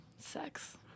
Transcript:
Sex